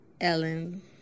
Ellen